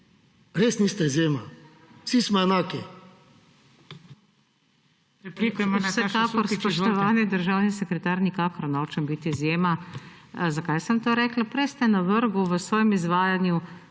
res niste izjema, vsi smo enaki.